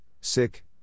sick